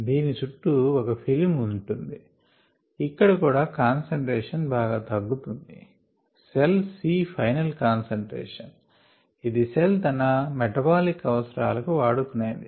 దీని చుట్టూ ఒక ఫిలిం ఉంటుంది ఇక్కడ కూడా కాన్సంట్రేషన్ బాగా తగ్గుతుంది సెల్ C ఫైనల్ కాన్సంట్రేషన్ ఇది సెల్ తన మెటబాలిక్ అవసరాలకు వాడుకొనేది